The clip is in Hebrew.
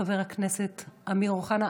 חבר הכנסת אמיר אוחנה,